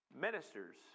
ministers